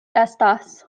estas